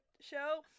show